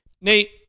nate